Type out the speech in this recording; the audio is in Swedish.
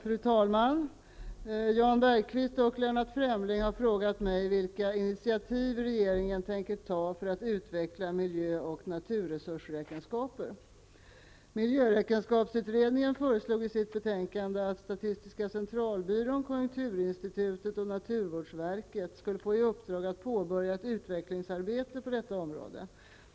Fru talman! Jan Bergqvist och Lennart Fremling har frågat mig vilka initiativ regeringen tänker ta för att utveckla miljö och naturresursräkenskaper. Miljöräkenskapsutredningen förelog i sitt betänkande att statistiska centralbyrån, konjunkturinstitutet och naturvårdsverket skulle få i uppdrag att påbörja ett utvecklingsarbete på detta område.